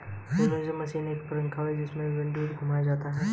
winnowing machine में एक पंखा होता है जिसे पेडलिंग द्वारा घुमाया जाता है